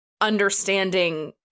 understanding